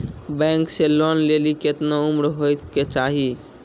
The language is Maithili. बैंक से लोन लेली केतना उम्र होय केचाही?